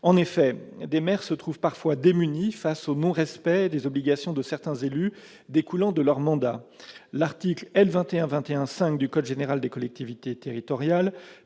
En effet, des maires se trouvent parfois démunis face au non-respect des obligations de certains élus, découlant de leur mandat. L'article L. 2121-5 du code général des collectivités territoriales,